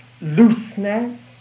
looseness